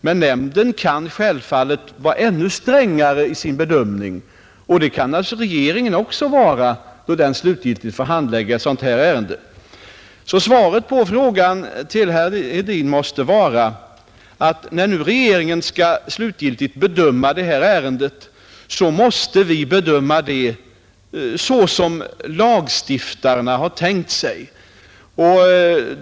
Men koncessionsnämnden kan självfallet vara ännu strängare i sin bedömning, och det kan naturligtvis regeringen också vara då den slutgiltigt får handlägga ett sådant ärende. Svaret på herr Hedins fråga måste vara, att regeringen slutgiltigt måste bedöma detta ärende såsom lagstiftarna har tänkt sig.